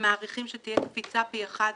ומעריכים שתהיה קפיצה פי אחד וחצי.